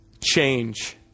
change